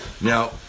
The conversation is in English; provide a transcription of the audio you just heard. Now